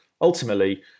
Ultimately